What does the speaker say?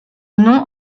nom